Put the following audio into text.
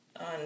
on